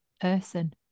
person